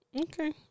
Okay